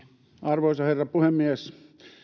arvoisa herra puhemies